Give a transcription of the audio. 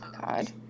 God